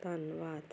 ਧੰਨਵਾਦ